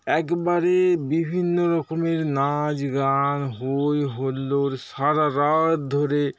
একবারে বিভিন্ন রকমের নাচ গান হই হুল্লোড় সারা রাত ধরে